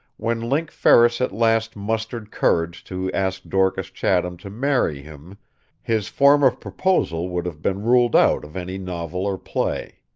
when link ferris at last mustered courage to ask dorcas chatham to marry him his form of proposal would have been ruled out of any novel or play.